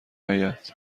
آید